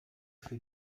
für